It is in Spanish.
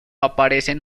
aparecen